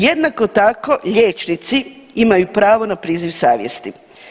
Jednako tako liječnici imaju pravo na priziv savjesti.